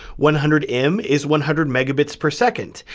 one hundred m is one hundred megabits per second,